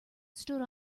stood